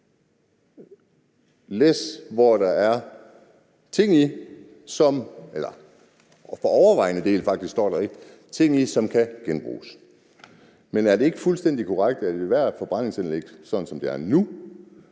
i, står der faktisk – som kan genbruges. Men er det ikke fuldstændig korrekt, at ethvert forbrændingsanlæg, sådan som det er nu,